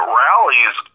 rallies